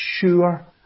sure